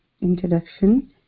introduction